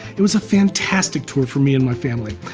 it was a fantastic tour for me and my family.